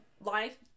life